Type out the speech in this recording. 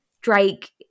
Drake